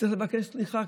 צריך לבקש סליחה.